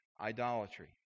idolatry